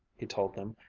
he told them,